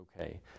Okay